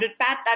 Pat